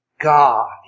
God